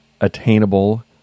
attainable